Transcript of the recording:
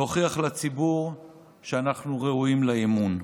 להוכיח לציבור שאנחנו ראויים לאמון.